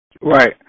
Right